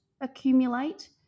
accumulate